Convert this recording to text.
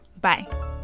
Bye